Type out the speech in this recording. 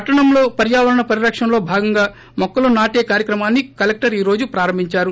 పట్టణంలో పర్యావరణ పరిరక్షణలో భాగంగా మొక్కలు నాటి కార్యక్రమాన్ని కలెక్టర్ ఈ రోజు ప్రారంభించారు